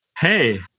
Hey